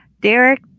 Derek